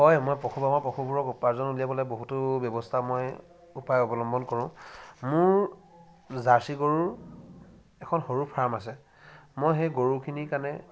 হয় মই উপাৰ্জন উলিয়াবলৈ বহুতো ব্যৱস্থা মই উপায় অৱলম্বন কৰোঁ মোৰ জাৰ্চি গৰুৰ এখন সৰু ফাৰ্ম আছে মই সেই গৰুখিনিৰ কাৰণে